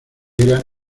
era